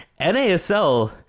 NASL